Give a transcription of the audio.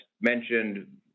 mentioned